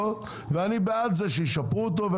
ואני בעד זה שישפרו אותו,